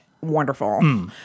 wonderful